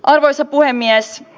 arvoisa puhemies